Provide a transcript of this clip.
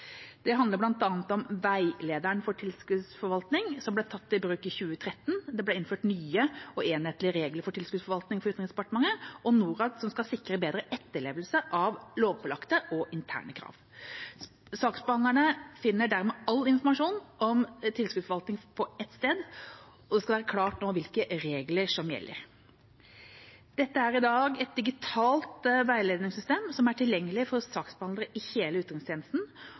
Det handler bl.a. om veilederen for tilskuddsforvaltning, som ble tatt i bruk i 2013. Det ble innført nye og enhetlige regler for tilskuddsforvaltning for Utenriksdepartementet og Norad, noe som skal sikre bedre etterlevelse av lovpålagte og interne krav. Saksbehandlerne finner dermed all informasjon om tilskuddsforvaltning på ett sted, og det skal være klart nå hvilke regler som gjelder. Dette er i dag et digitalt veiledningssystem som er tilgjengelig for saksbehandlere i hele utenrikstjenesten,